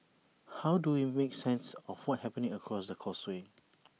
how do we make sense of what's happening across the causeway